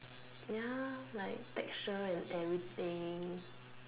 ya like texture and everything